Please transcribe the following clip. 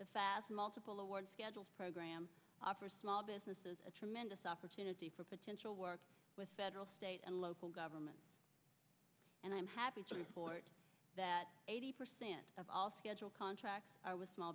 the fast multiple award schedules program for small businesses a tremendous opportunity for potential work with federal state and local government and i'm happy to report that eighty percent of all schedule contracts with small